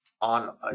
on